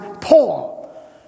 Paul